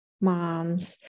Moms